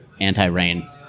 anti-rain